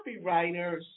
copywriters